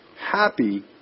Happy